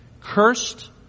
Cursed